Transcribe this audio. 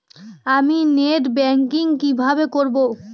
আমি net banking কিভাবে করব?